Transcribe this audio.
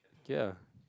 ya